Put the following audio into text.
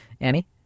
Annie